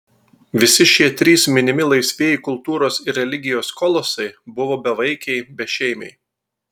visi šie trys minimi laisvieji kultūros ir religijos kolosai buvo bevaikiai bešeimiai